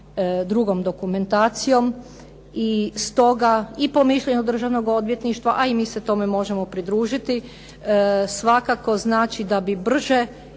drugom dokumentacijom. I stoga, i po mišljenju Državnoga odvjetništva, a mi se tome možemo pridružiti, znači da bi brže